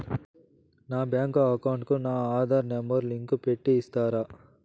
నా bank account కు నా ఆధార్ నెంబర్ లింకు పెట్టి ఇస్తారా?